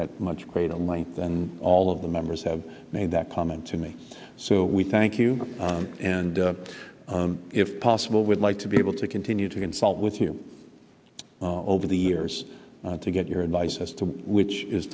at much greater might than all of the members have made that comment to me so we thank you and if possible would like to be able to continue to consult with you well over the years to get your advice as to which is